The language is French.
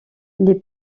les